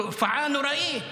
תופעה נוראית,